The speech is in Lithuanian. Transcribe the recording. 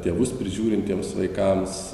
tėvus prižiūrintiems vaikams